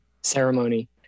ceremony